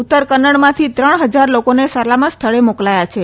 ઉત્તર કન્નડમાંથી ત્રણ હજાર લોકોને સલામત સ્થળે મોકલાયા છે